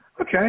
okay